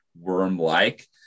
Worm-like